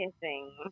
kissing